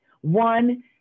One